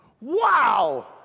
Wow